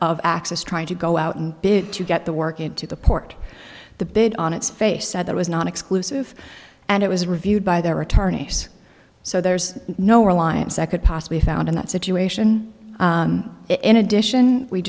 of access trying to go out and bid to get the work into the port the bid on its face said that was not exclusive and it was reviewed by their attorneys so there's no alliance that could possibly be found in that situation in addition we